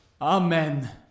Amen